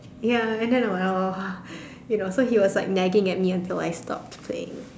ya and then I will like I will you know so he was like nagging at me until I stopped playing